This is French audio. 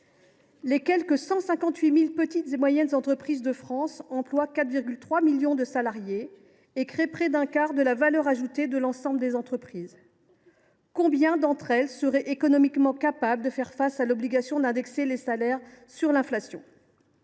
Les quelque 158 000 PME de France emploient 4,3 millions de salariés et créent près d’un quart de la valeur ajoutée de l’ensemble des entreprises. Combien d’entre elles seraient économiquement capables de faire face à l’obligation d’indexer les salaires sur l’inflation ?